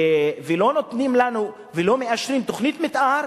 ולא נותנים לנו ולא מאשרים תוכנית מיתאר